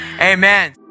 amen